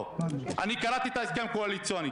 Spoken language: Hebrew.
לנאשם נתניהו,